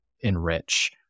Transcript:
enrich